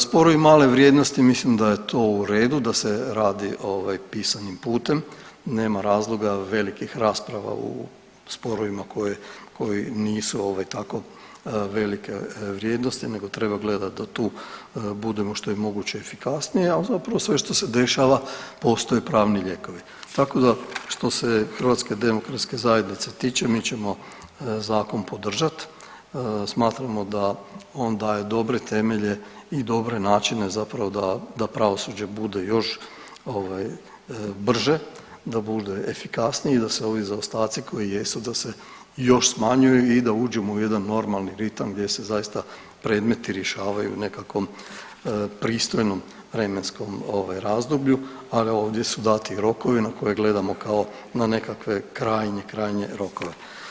Sporovi male vrijednosti mislim da je to u redu da se radi ovaj pisanim putem, nema razloga velikih rasprava u sporovima koje, koji nisu ovaj tako velike vrijednosti nego treba gledat da tu budemo što je moguće efikasniji, a zapravo sve što se dešava postoje pravni lijekovi, tako da što se HDZ-a tiče mi ćemo zakon podržat, smatramo da on daje dobre temelje i dobre načine zapravo da, da pravosuđe bude još ovaj brže, da bude efikasnije i da se ovi zaostaci koji jesu da se još smanjuju i da uđemo u jedan normalni ritam gdje se zaista predmeti rješavaju u nekakvom pristojnom vremenskom ovaj razdoblju, ali ovdje su dati rokovi na koje gledamo kao na nekakve krajnje, krajnje rokove.